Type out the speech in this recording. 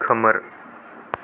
खोमोर